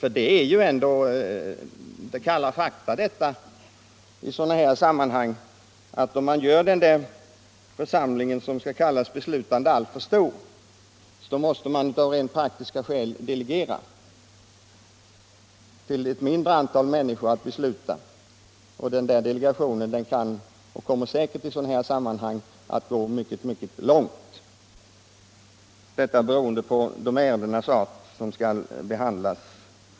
Det är ju ändå kalla fakta att en församling som denna, om den görs alltför stor. av rent praktiska skäl måste i viss mån delegera beslutsfattandet. Denna delegation kan och kommer säkerligen i sådana här sammanhang att gå mycket långt beroende på arten av de ärenden som skall behandlas.